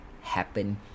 happen